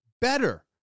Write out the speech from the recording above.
better